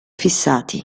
fissati